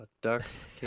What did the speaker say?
Ducks